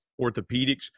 orthopedics